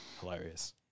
Hilarious